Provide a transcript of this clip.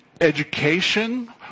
education